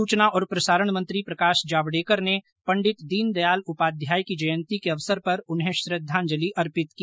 सूचना और प्रसारण मंत्री प्रकाश जावडेकर ने पंडित दीनदयाल उपाध्याय की जयंती के अवसर पर उन्हें श्रद्वांजलि अर्पित की